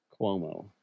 Cuomo